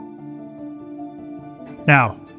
Now